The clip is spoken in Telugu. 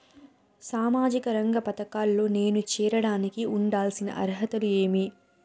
సామాజిక రంగ పథకాల్లో నేను చేరడానికి ఉండాల్సిన అర్హతలు ఏమి?